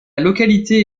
localité